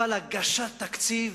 אבל הגשת תקציב